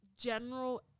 general